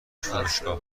فروشگاه